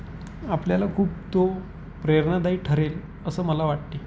आपल्याला खूप तो प्रेरणादायी ठरेल असं मला वाटते